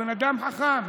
הוא בן אדם חכם,